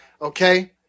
Okay